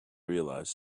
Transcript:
realized